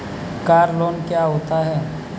Car loan क्या होता है?